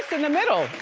in the middle?